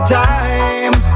time